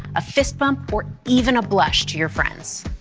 a fist bump or even a blush to your friends.